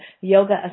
yoga